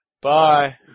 Bye